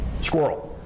Squirrel